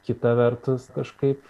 kita vertus kažkaip